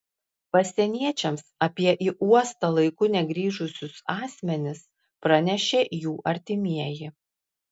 pasieniečiams apie į uostą laiku negrįžusius asmenis pranešė jų artimieji